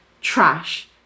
Trash